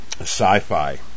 sci-fi